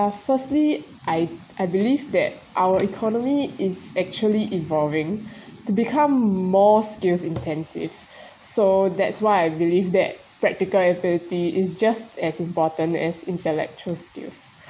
firstly I I believe that our economy is actually evolving to become more skills intensive so that's why I believe that practical ability is just as important as intellectual skills